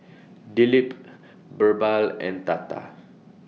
Dilip Birbal and Tata